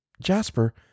Jasper